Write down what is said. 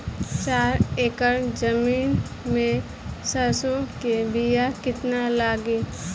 चार एकड़ जमीन में सरसों के बीया कितना लागी?